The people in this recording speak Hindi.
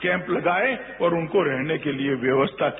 कैम्प लगायेऔर उनको रहने के लिये व्यवस्था की